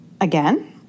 Again